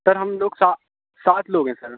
سر ہم لوگ سا سات سات لوگ ہیں سر